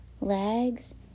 legs